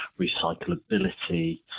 recyclability